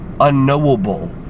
unknowable